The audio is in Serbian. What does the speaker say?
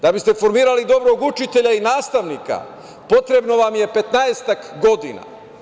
Da biste formirali dobrog učitelja i nastavnika, potrebno vam je 15-ak godina.